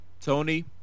Tony